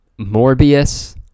Morbius